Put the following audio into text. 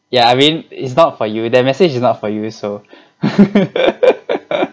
yeah I mean it's not for you that message is not for you so